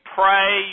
pray